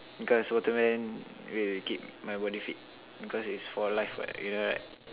because watermelon will keep my body fit because it's for life what you know right